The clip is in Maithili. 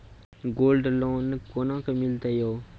गोल्ड लोन कोना के मिलते यो?